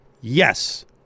yes